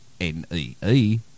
N-E-E